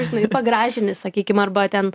žinai ir pagražini sakykim arba ten